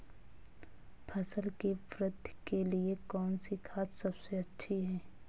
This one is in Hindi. फसल की वृद्धि के लिए कौनसी खाद सबसे अच्छी है?